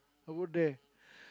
I would dare